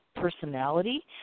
personality